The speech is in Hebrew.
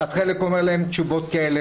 חלק אומר להם תשובות כאלה,